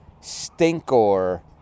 Stinkor